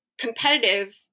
competitive